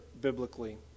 biblically